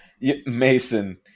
Mason